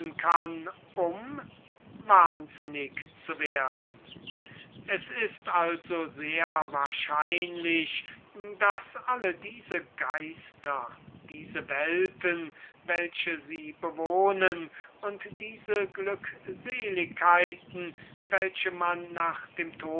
kann um wahnwitzig zu werden es scheint also sehr wahrscheinlich daß alle diese geister diese welten welche sie bewohnen und diese glückseligkeiten welche man nach dem